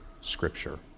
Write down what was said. Scripture